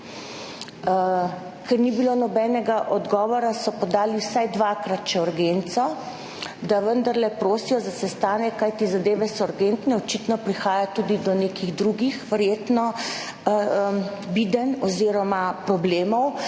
Ker ni bilo nobenega odgovora, so še vsaj dvakrat podali urgenco, da vendarle prosijo za sestanek. Kajti zadeve so urgentne, očitno prihaja tudi do nekih drugih videnj oziroma problemov,